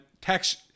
tax